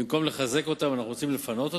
במקום לחזק אותם אנחנו רוצים לפנות אותם?